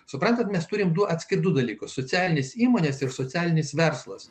suprantate mes turime du atskirus dalykus socialinės įmonės ir socialinis verslas